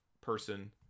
person